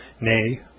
nay